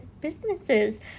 businesses